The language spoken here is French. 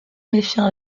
méfiant